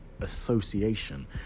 association